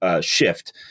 shift